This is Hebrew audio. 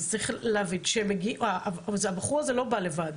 אז צריך להבין שהבחור הזה לא בא לבד.